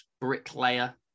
Bricklayer